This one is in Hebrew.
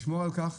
לשמור על כך